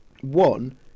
One